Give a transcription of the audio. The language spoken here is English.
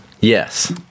yes